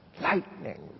lightning